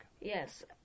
Yes